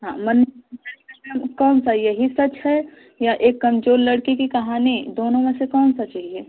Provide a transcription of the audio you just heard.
हाँ मन्नू भंडारी का मैम कौन सा यही सच है या एक कमज़ोर लड़की की कहानी दोनों में से कौन सा चाहिए